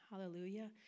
Hallelujah